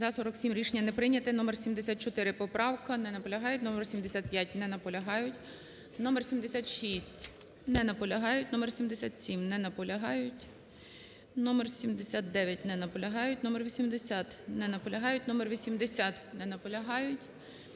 За-47 Рішення не прийнято. Номер 74 поправка. Не наполягають. Номер 75. Не наполягають. Номер 76. Не наполягають. Номер 77. Не наполягають. Номер 79. Не наполягають. Номер 80. Не наполягають. Номер 80. Не наполягають.